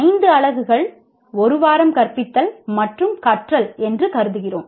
5 அலகுகள் 1 வாரம் கற்பித்தல் மற்றும் கற்றல் உள்ளடக்கியது என்று கருதுகிறோம்